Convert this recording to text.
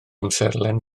amserlen